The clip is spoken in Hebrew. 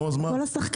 נו, אז מה?